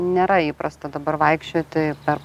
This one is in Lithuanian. nėra įprasta dabar vaikščioti per